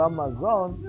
Amazon